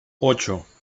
ocho